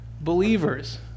Believers